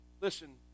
Listen